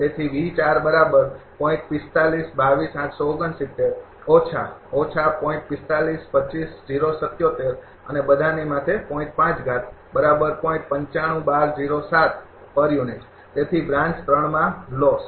તેથી તેથી બ્રાન્ચ ૩માં લોસ